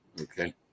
okay